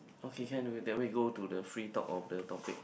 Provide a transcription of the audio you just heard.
okay can we then we go to the free talk of the topic